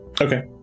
Okay